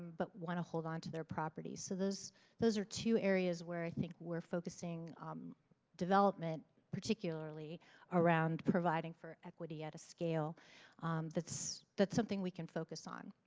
but want to hold on to their properties. those those are two areas where i think we're focusing development particularly around providing for equity at a scale that's that's something we can focus on.